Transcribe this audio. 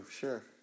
Sure